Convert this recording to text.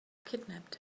kidnapped